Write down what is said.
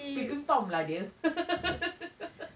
pegang tomb lah dear